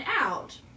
out